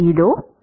இதோ 0